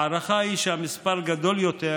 ההערכה היא שהמספר גדול יותר,